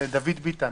גם לדוד ביטן.